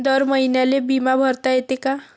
दर महिन्याले बिमा भरता येते का?